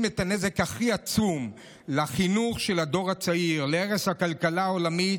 את הנזק הכי עצום לחינוך של הדור הצעיר ולהרס הכלכלה העולמית,